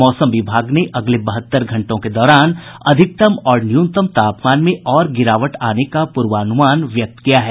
मौसम विभाग ने अगले बहत्तर घंटों के दौरान अधिकतम और न्यूनतम तापमान में और गिरावट आने का पूर्वानुमान व्यक्त किया है